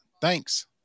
Thanks